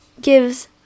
gives